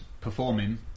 performing